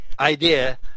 idea